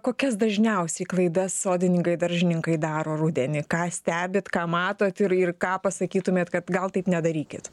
kokias dažniausiai klaidas sodininkai daržininkai daro rudenį ką stebit ką matot ir ir ką pasakytumėt kad gal taip nedarykit